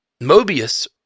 Mobius